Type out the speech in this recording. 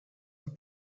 een